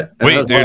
wait